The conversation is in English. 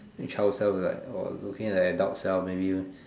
child self will like orh looking at the adult self maybe